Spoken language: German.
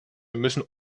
müssen